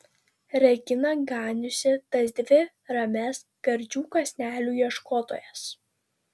regina ganiusi tas dvi ramias gardžių kąsnelių ieškotojas